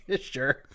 sure